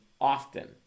often